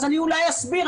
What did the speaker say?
אז אולי אני אסביר.